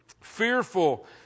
fearful